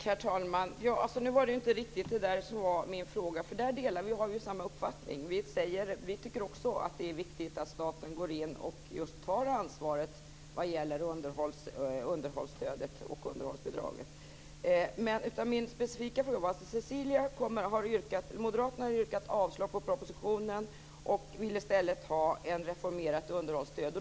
Herr talman! Det var inte riktigt det som var min fråga. Där har vi samma uppfattning. Vi tycker också att det är viktigt att staten går in och tar ansvaret vad gäller just underhållsstödet och underhållsbidraget. Jag ställde en specifik fråga, eftersom moderaterna har yrkat avslag på propositionen och i stället vill ha ett reformerat underhållsstöd.